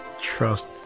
trust